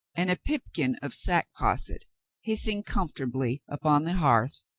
and a pipkin of sack-posset hissing comfortably upon the hearth,